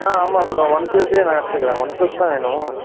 ஆ ஆமாம் bro one பிளஸ்ஸே நான் எடுத்துக்கிறேன் ஒன் பிளஸ் தான் வேணும்